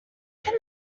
can